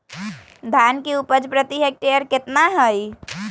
धान की उपज प्रति हेक्टेयर कितना है?